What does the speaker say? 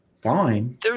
fine